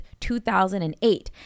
2008